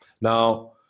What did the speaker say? Now